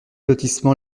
lotissement